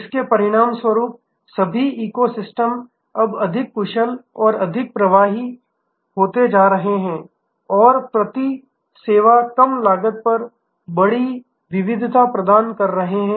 इसके परिणामस्वरूप सभी इको सिस्टम अब अधिक कुशल और अधिक प्रभावी होते जा रहे हैं और प्रति सेवा कम लागत पर बड़ी विविधता प्रदान कर रहे हैं